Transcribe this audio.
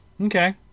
Okay